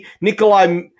Nikolai